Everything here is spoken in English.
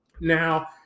Now